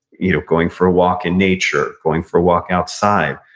you know going for a walk in nature, going for a walk outside.